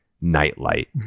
nightlight